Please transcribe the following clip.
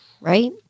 right